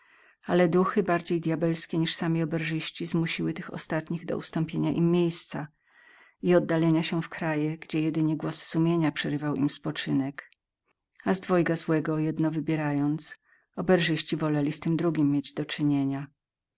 ale duchy bardziej djabelskie niż sami oberżyści zmusiły tych ostatnich do ustąpienia im miejsca i oddalenia się w kraje gdzie jedynie głos ich sumienia przerywał im spoczynek a z dwojga złego jedno wybierając oberżyści woleli z tym drugim mieć do czynienia